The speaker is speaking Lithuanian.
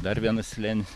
dar vienas slėnis